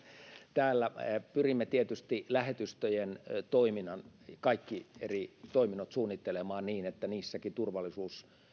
täällä pyrimme tietysti lähetystöjen toiminnan kaikki eri toiminnot suunnittelemaan niin että niissäkin turvallisuus